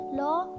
law